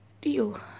deal